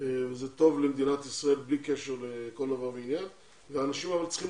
וזה טוב למדינת ישראל בלי קשר לכל דבר ועניין והאנשים האלה צריכים